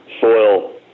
soil